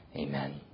Amen